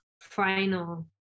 final